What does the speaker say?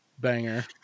banger